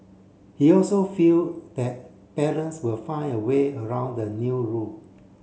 he also feel that parents will find a way around the new rule